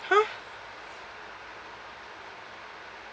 !huh!